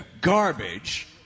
garbage